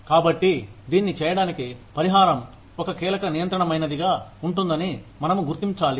కాబట్టి దీన్ని చేయడానికి పరిహారం ఒక కీలక నియంత్రణ మైనదిగా ఉంటుందని మనము గుర్తించాలి